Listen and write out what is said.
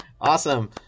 Awesome